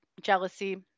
jealousy